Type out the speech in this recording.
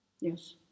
yes